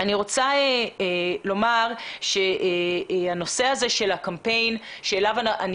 אני רוצה לומר שהנושא הזה של הקמפיין שאליו אני